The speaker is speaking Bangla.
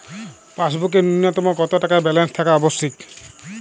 পাসবুকে ন্যুনতম কত টাকা ব্যালেন্স থাকা আবশ্যিক?